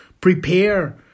prepare